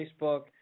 Facebook